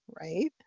right